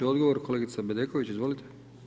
Odgovor kolegica Bedeković, izvolite.